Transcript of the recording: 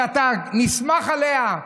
שאתה נסמך עליה,